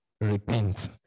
repent